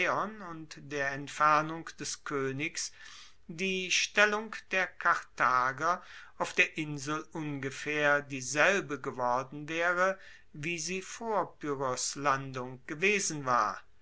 und der entfernung des koenigs die stellung der karthager auf der insel ungefaehr dieselbe geworden waere wie sie vor pyrrhos landung gewesen war